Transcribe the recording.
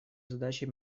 задачей